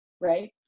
Right